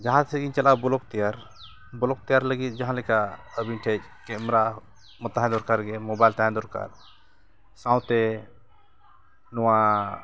ᱡᱟᱦᱟᱸ ᱥᱮᱫ ᱤᱧ ᱪᱟᱞᱟᱜᱼᱟ ᱵᱞᱚᱜᱽ ᱛᱮᱭᱟᱨ ᱵᱞᱚᱜᱽ ᱛᱮᱭᱟᱨ ᱞᱟᱹᱜᱤᱫ ᱡᱟᱦᱟᱸ ᱞᱮᱠᱟ ᱟᱹᱵᱤᱱ ᱴᱷᱮᱱ ᱠᱮᱢᱮᱨᱟ ᱛᱟᱦᱮᱸ ᱫᱚᱨᱠᱟᱨ ᱜᱮ ᱢᱳᱵᱟᱭᱤᱞ ᱛᱟᱦᱮᱸ ᱫᱚᱨᱠᱟᱨ ᱥᱟᱶᱛᱮ ᱱᱚᱣᱟ